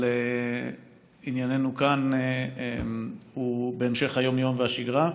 אבל עניינו כאן הוא בהמשך היום-יום והשגרה,